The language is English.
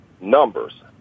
numbers